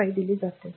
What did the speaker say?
5 दिले जाते